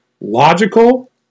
logical